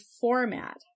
format